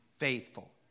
faithful